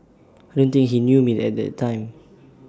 I don't think he knew me at that time